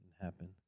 happen